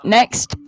Next